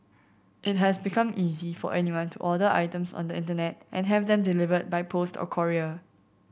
it has become easy for anyone to order items on the Internet and have them delivered by post or courier